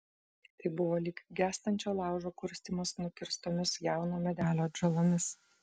tai buvo lyg gęstančio laužo kurstymas nukirstomis jauno medelio atžalomis